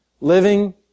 living